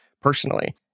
personally